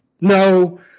no